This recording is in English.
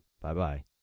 Bye-bye